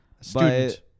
student